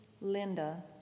Linda